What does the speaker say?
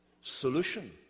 solution